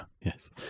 Yes